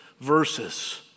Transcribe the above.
verses